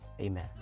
amen